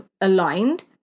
aligned